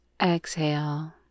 exhale